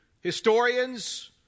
historians